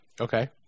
okay